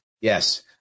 Yes